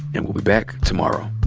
and we'll be back tomorrow